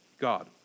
God